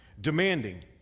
Demanding